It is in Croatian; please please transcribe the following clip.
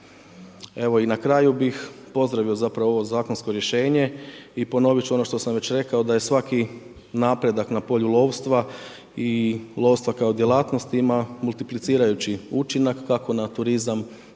Evo, i na kraju bih pozdravio zapravo ovo zakonsko rješenje i ponovit ću ono što sam već rekao da je svaki napredak na polju lovstva i lovstva kao djelatnosti ima multiplicirajući učinak, kako na turizam,